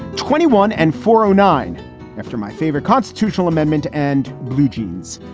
twenty one and for ah nine after my favorite constitutional amendment and bluejeans.